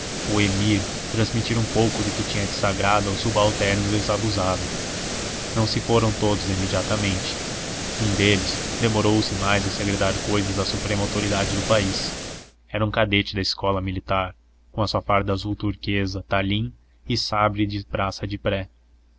o emir transmitir um pouco do que tinha de sagrado ao subalterno desabusado não se foram todos imediatamente um deles demorou-se mais a segredar cousas à suprema autoridade do país era um cadete da escola militar com a sua farda azul turquesa talim e sabre de praça de pré